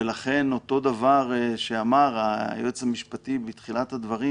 ולכן אותו דבר שאמר היועץ המשפטי בתחילת הדברים